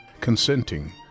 Consenting